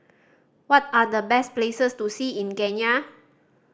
what are the best places to see in Kenya